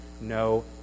no